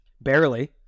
Barely